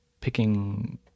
picking